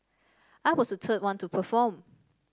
I was the third one to perform